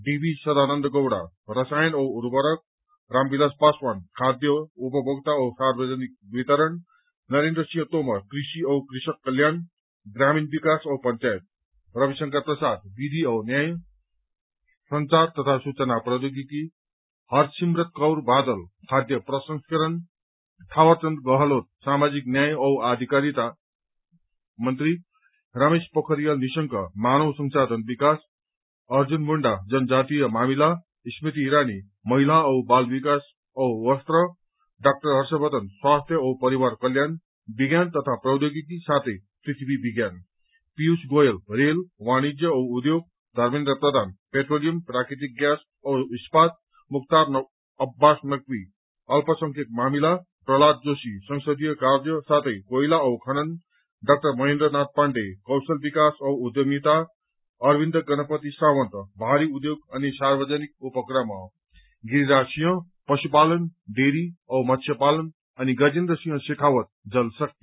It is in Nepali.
डीमी सदानन्द गौड़ा रसायन औ उर्वरक रामविलास पासवान खाद्य उपमोक्ता औ सार्वजनिक वितरण नरेन्द सिंह तोमर कृषि औ कृषक कल्याण ग्रामीण विकास औ पंचायत रविशंकर प्रसाद विधि औ न्याय संचार तथा सूचना प्रौचोगिकी हरसिमरत कौर बादल खाद्य प्रसंस्करण थावरचन्द गहलोत सामाजिक न्याय औ आधिकारिता रमेश पोखरियाल निशंक मानव संशाधन विकास अर्जुन मुण्डा जनजातीय मामिला स्मृति ईरानी महिला औ बाल बिकास अनि वस्त्र डा हर्षवर्द्वन स्वास्थ्य औ परिवार कल्याण विज्ञान तथा प्रौचोगिकी साथै पृथ्वी विज्ञान पीयूष गोयल रेल वाणिज्य औ उद्योग धर्मेन्द्र प्रधान पेट्रोलियम प्राकृतिक ग्यास औ इस्पात मुखतार अब्बास नकवी अल्पसंख्यक मामिला प्रल्हाद जोशी संसदीय कार्य साथै कोइला औ खनन डा महेन्द्र नाथ पाण्डेय कौशल विकास औ उच्चामिता अरविन्द्र गणपति सावन्त मारी उद्योग अनि सार्वजनिक उपक्रम गिरिराज सिंह पशुपालन डेरी औ मत्स्य पालन अनि गजेन्द्र सिंह शेखावत जल शाक्ति